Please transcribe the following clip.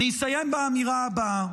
אני אסיים באמירה הבאה: